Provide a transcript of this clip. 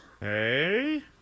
hey